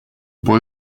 boy